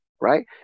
right